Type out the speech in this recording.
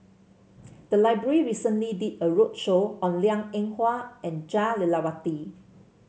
the library recently did a roadshow on Liang Eng Hwa and Jah Lelawati